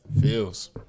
feels